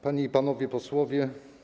Panie i Panowie Posłowie!